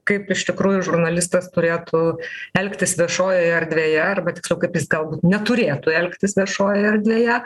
kaip iš tikrųjų žurnalistas turėtų elgtis viešojoje erdvėje arba tiksliau kaip jis galbūt neturėtų elgtis viešoje erdvėje